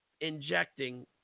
injecting